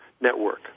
network